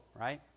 right